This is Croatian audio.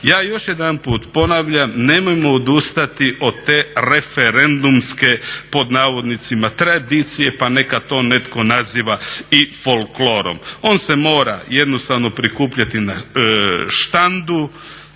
Ja još jedanput ponavljam, nemojmo odustati od te referendumske "tradicije" pa neka to netko naziva i folklorom. On se mora jednostavno prikupljati na štandu,